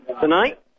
tonight